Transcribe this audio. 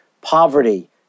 poverty